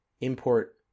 import